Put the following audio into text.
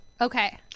Okay